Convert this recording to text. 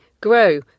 grow